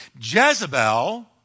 Jezebel